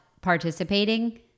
participating